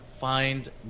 find